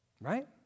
right